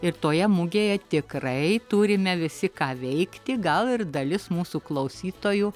ir toje mugėje tikrai turime visi ką veikti gal ir dalis mūsų klausytojų